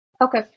Okay